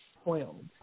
spoiled